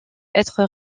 être